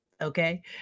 Okay